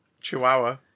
chihuahua